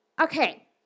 Okay